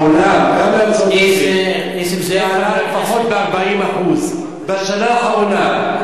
העלייה של הדלק בעולם היא לפחות ב-40% בשנה האחרונה.